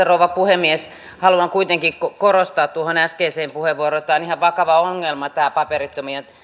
rouva puhemies haluan kuitenkin korostaa tuohon äskeiseen puheenvuoroon liittyen että tämä on ihan vakava ongelma tämä paperittomien